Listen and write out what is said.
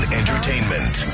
entertainment